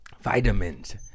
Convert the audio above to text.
Vitamins